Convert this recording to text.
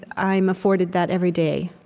i am afforded that every day,